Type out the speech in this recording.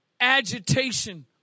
agitation